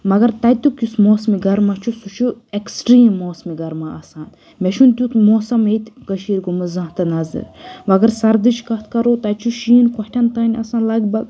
مَگر تتیُک یُس موسمہِ گَرما چھُ سُہ چھُ اؠکٕسٹریٖم موسمہِ گَرما آسان مےٚ چھُنہٕ تِیُتھ موسَم ییٚتہِ کٔشیٖر گوٚمُت زانٛہہ تہِ نَظَر وۄنۍ اَگَر سَردٕچ کَتھ کَرو تَتہِ چھُ شِیٖن کۄٹھؠن تانۍ آسان لَگ بَگ